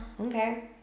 Okay